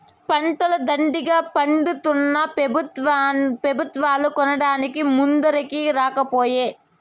పంటలు దండిగా పండితున్నా పెబుత్వాలు కొనడానికి ముందరికి రాకపోయే